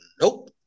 Nope